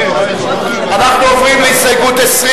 אנחנו עוברים להסתייגות 20,